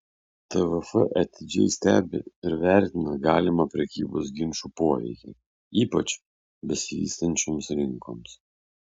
tvf atidžiai stebi ir vertina galimą prekybos ginčų poveikį ypač besivystančioms rinkoms